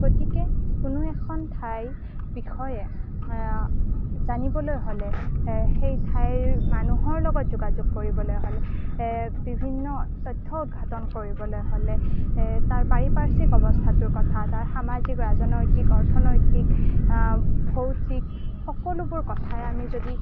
গতিকে কোনো এখন ঠাইৰ বিষয়ে জানিবলৈ হ'লে সেই ঠাইৰ মানুহৰ লগত যোগাযোগ কৰিবলৈ হ'লে বিভিন্ন তথ্য উদঘাটন কৰিবলৈ হ'লে তাৰ পাৰিপাৰ্শ্বিক অৱস্থাটোৰ কথা তাৰ সামাজিক ৰাজনৈতিক অৰ্থনৈতিক শৈক্ষিক সকলোবোৰ কথাই আমি যদি